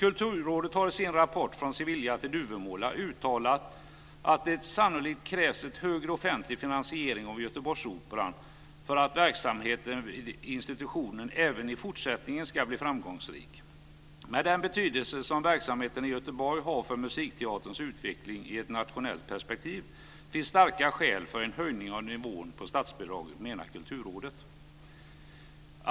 Kulturrådet har i sin rapport Från Sevilla till Duvemåla uttalat att det sannolikt krävs en högre offentlig finansiering av Göteborgsoperan för att verksamheten vid institutionen även i fortsättningen ska bli framgångsrik. Med den betydelse som verksamheten i Göteborg har för musikteaterns utveckling i ett nationellt perspektiv finns starka skäl för en höjning av nivån på statsbidraget, menar Kulturrådet.